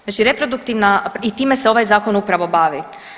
Znači reproduktivna, i time se ovaj zakon upravo bavi.